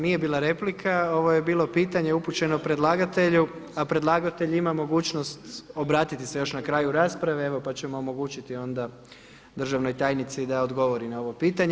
Nije bila replika ovo je bilo pitanje upućeno predlagatelju, a predlagatelj ima mogućnost obratiti se još na kraju rasprave, evo pa ćemo omogućiti onda državnoj tajnici da odgovori na ovo pitanje.